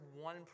one